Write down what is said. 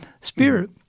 spirit—